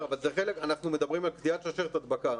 אנחנו מדברים על קטיעת שרשרת הדבקה